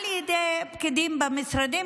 על ידי פקידים במשרדים,